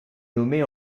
nommée